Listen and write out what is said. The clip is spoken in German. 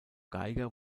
geiger